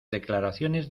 declaraciones